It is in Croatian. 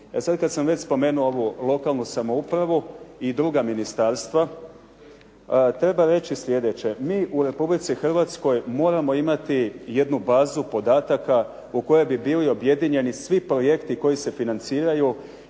kad sam već spomenuo ovu lokalnu samoupravu i druga ministarstva, treba reći sljedeće. Mi u Republici Hrvatskoj moramo imati jednu bazu podataka u kojoj bi bili objedinjeni svi projekti koji se financiraju